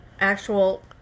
actual